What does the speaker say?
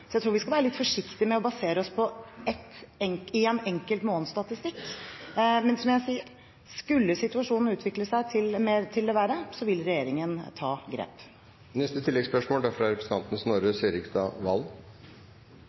så jeg tror vi skal være litt forsiktige med å basere oss på en enkelt månedsstatistikk. Men som jeg sier, skulle situasjonen utvikle seg til det verre, vil regjeringen ta grep.